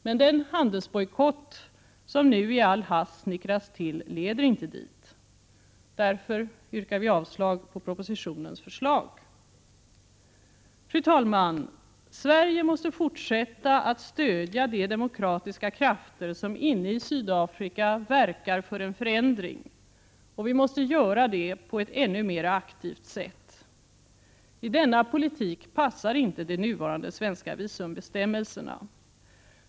Men den handelsbojkott som nu i all hast snickrats till leder inte dit. Därför yrkar jag avslag på hemställan i betänkandet med anledning av propositionen. Fru talman! Sverige måste fortsätta att stödja de demokratiska krafter som inne i Sydafrika verkar för en förändring, och vi måste göra det på ett ännu mera aktivt sätt. I denna politik passar inte de nuvarande svenska visumbestämmelserna.